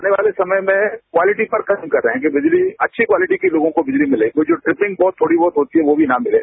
आने वाले समय में क्वालिटी पर ध्यान दे रहे हैं बिजली अच्छी क्वालिटी के लोगों को बिजली मिलेगी जो ट्रिपिंग फाल्ट थोड़ी बहुत होती है वह भी न मिले